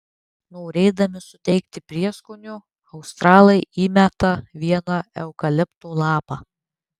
norėdami suteikti prieskonio australai įmeta vieną eukalipto lapą